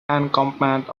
encampment